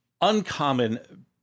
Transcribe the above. Uncommon